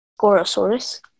Gorosaurus